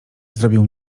zrobił